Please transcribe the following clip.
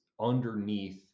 underneath